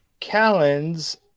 callens